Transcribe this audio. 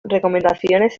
recomendaciones